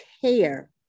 care